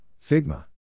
Figma